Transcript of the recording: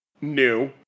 new